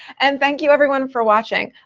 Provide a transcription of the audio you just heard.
and thank you, everyone, for watching.